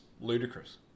ludicrous